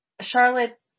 Charlotte